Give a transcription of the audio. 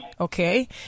Okay